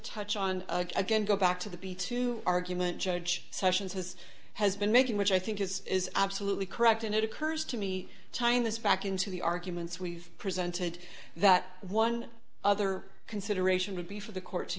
touch on again go back to the b two argument judge sessions has has been making which i think is is absolutely correct and it occurs to me china's back into the arguments we've presented that one other consideration would be for the court to